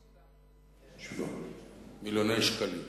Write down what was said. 67. 67 מיליון שקלים.